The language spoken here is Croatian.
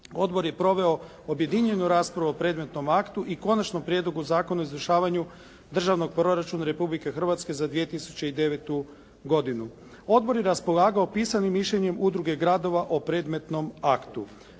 Odbor je proveo objedinjenu raspravu o predmetnom aktu i Konačnom prijedlogu Zakona o izvršavanju Državnog proračuna Republike Hrvatske za 2009. godinu. Odbor je raspolagao pisanim mišljenjem Udruge gradova o predmetnom aktu.